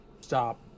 stop